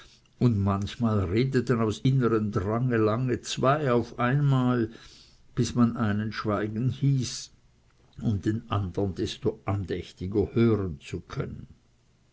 und manchmal redeten aus innerem drange lange zwei auf einmal bis man einen schweigen hieß um den andern desto andächtiger hören zu können